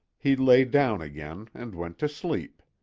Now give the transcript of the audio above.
he lay down again and went to sleep.